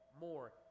more